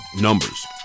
Numbers